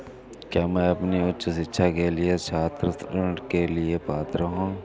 क्या मैं अपनी उच्च शिक्षा के लिए छात्र ऋण के लिए पात्र हूँ?